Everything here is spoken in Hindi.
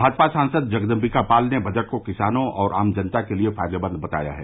भाजपा सांसद जगदम्बिका पाल ने बजट को किसानों और आम जनता के लिये फायदेमंद बताया है